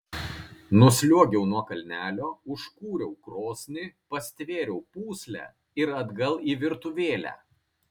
nusliuogiau nuo kalnelio užkūriau krosnį pastvėriau pūslę ir atgal į virtuvėlę